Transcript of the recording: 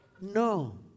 No